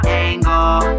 angle